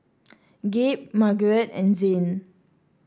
Gabe Margarete and Zhane